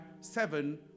seven